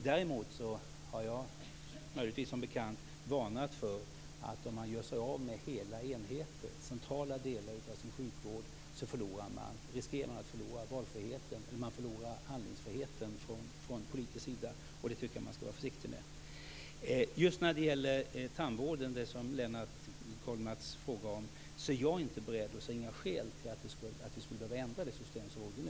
Däremot har jag, vilket möjligtvis är bekant, varnat för att man om man gör sig av med hela enheter, centrala delar av sin sjukvård, riskerar att förlora handlingsfriheten på den politiska sidan, och det tycker jag att man skall vara försiktig med. När det gäller just tandvården, som Lennart Kollmats frågar om, ser jag inga skäl att ändra det system som råder nu.